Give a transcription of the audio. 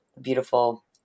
beautiful